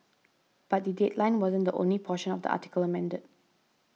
but the headline wasn't the only portion of the article amended